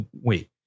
Wait